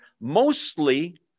mostly